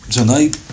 Tonight